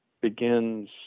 begins